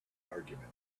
argument